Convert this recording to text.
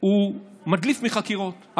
הוא מדליף מחקירות,